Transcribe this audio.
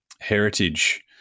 heritage